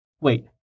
Wait